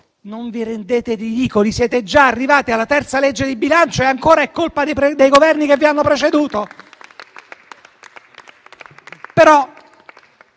Non rendetevi ridicoli: siete già arrivati alla terza legge di bilancio e ancora è colpa dei Governi che vi hanno preceduto?